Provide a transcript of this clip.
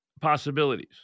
possibilities